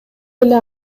эле